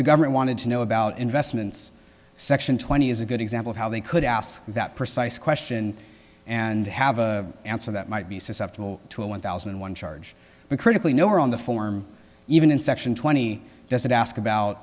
the government wanted to know about investments section twenty is a good example of how they could ask that precise question and have a answer that might be susceptible to a one thousand and one charge critically nowhere on the form even in section twenty doesn't ask about